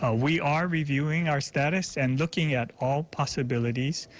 ah we are reviewing our status and looking at all possibilities.